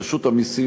רשות המסים,